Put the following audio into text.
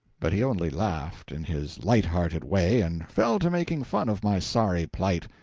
but he only laughed, in his light-hearted way, and fell to making fun of my sorry plight.